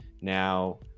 now